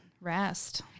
rest